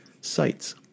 sites